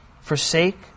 forsake